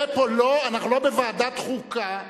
אנחנו לא בוועדת חוקה.